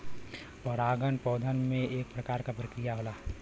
परागन पौधन में एक प्रकार क प्रक्रिया होला